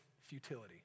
futility